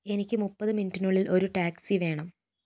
എനിക്ക് മുപ്പത് മിനിറ്റിനുള്ളിൽ ഒരു ടാക്സി വേണം